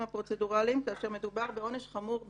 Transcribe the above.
הפרוצדוראליים כאשר מדובר בעונש חמור במיוחד.